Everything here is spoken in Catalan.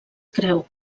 creu